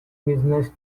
business